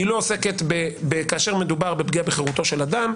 היא לא עוסקת כאשר מדובר בפגיעה בחירותו של אדם.